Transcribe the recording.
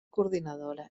coordinadora